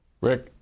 Rick